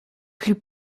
plus